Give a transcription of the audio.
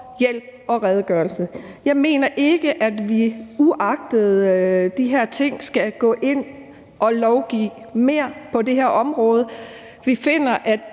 hjælp og redegørelse herfor. Jeg mener ikke, at vi uagtet de her ting skal gå ind at lovgive mere på det her område. Vi finder, at